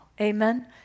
Amen